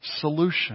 solution